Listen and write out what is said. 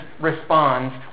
responds